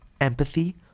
empathy